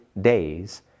days